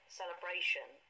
celebration